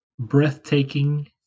breathtaking